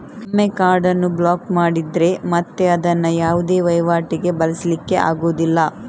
ಒಮ್ಮೆ ಕಾರ್ಡ್ ಅನ್ನು ಬ್ಲಾಕ್ ಮಾಡಿದ್ರೆ ಮತ್ತೆ ಅದನ್ನ ಯಾವುದೇ ವೈವಾಟಿಗೆ ಬಳಸ್ಲಿಕ್ಕೆ ಆಗುದಿಲ್ಲ